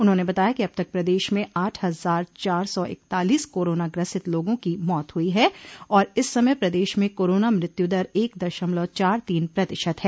उन्होंने बताया कि अब तक प्रदेश में आठ हजार चार सा इकतालीस कोरोना ग्रसित लोगों की मौत हुई है और इस समय प्रदेश में कोरोना मृत्यु दर एक दशमलव चार तीन प्रतिशत है